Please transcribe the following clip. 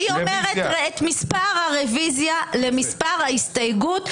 היא אומרת את מספר הרוויזיה למספר ההסתייגות.